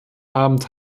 abend